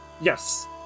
Yes